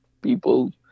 people